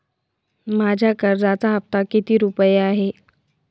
माझ्या कर्जाचा हफ्ता किती रुपये आहे?